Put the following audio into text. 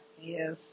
Yes